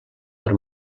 per